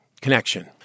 connection